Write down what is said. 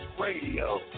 radio